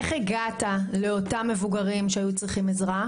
איך הגעת לאותם מבוגרים שהיו צריכים עזרה?